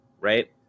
Right